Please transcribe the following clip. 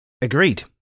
Agreed